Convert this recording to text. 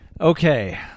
Okay